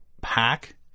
pack